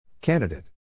Candidate